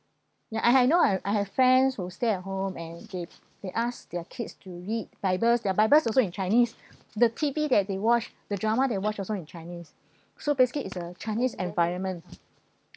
ya I I know I I have friends who stay at home and they they asked their kids to read bibles their bibles also in chinese the T_V that they watch the drama they watch also in chinese so basically it's a chinese environment